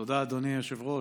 תודה, אדוני היושב-ראש.